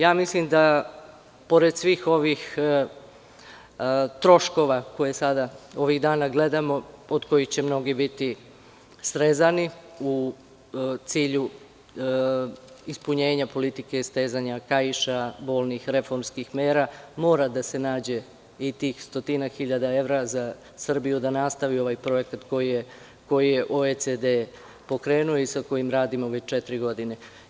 Ja mislim da, pored svih ovih troškova koje ovih dana gledamo, od kojih će mnogi biti srezani u cilju ispunjenja politike stezanja kaiša, bolnih reformskih mera, mora da se nađe i tih stotinak hiljada evra za Srbiju, da nastavi ovaj projekat, koji je OECD pokrenuo i sa kojim radimo već četiri godine.